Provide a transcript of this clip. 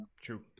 True